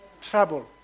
trouble